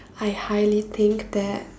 I highly think that